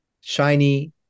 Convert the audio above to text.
shiny